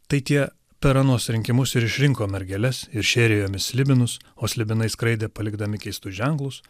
tai tie per anuos rinkimus ir išrinko mergeles ir šėrė jomis slibinus o slibinai skraidė palikdami keistus ženklus